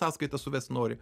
sąskaitas suvesti nori